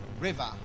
river